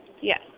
Yes